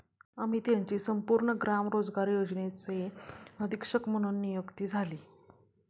अमित यांची संपूर्ण ग्राम रोजगार योजनेचे अधीक्षक म्हणून नियुक्ती झाली